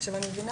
בגלל